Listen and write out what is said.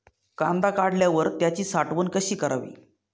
कांदा काढल्यावर त्याची साठवण कशी करावी?